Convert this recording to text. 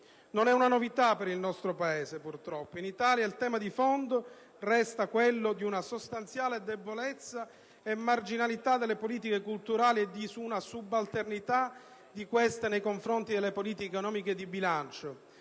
Non è una novità per il nostro Paese, purtroppo. In Italia, il tema di fondo resta quello di una sostanziale debolezza e marginalità delle politiche culturali e di una subalternità di queste nei confronti delle politiche economiche e di bilancio.